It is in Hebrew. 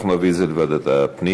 אנחנו נעביר את זה לוועדת הפנים.